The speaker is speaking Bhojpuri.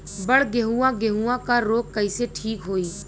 बड गेहूँवा गेहूँवा क रोग कईसे ठीक होई?